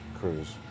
cruise